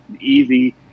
easy